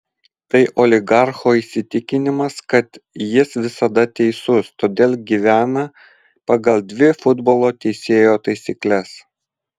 tai oligarcho įsitikinimas kad jis visada teisus todėl gyvena pagal dvi futbolo teisėjo taisykles